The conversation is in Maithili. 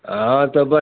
हाँ तऽ बऽ